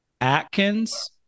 Atkins